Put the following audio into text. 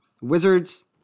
Wizards